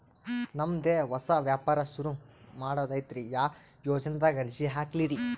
ನಮ್ ದೆ ಹೊಸಾ ವ್ಯಾಪಾರ ಸುರು ಮಾಡದೈತ್ರಿ, ಯಾ ಯೊಜನಾದಾಗ ಅರ್ಜಿ ಹಾಕ್ಲಿ ರಿ?